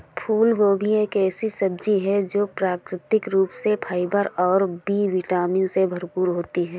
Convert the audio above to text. फूलगोभी एक ऐसी सब्जी है जो प्राकृतिक रूप से फाइबर और बी विटामिन से भरपूर होती है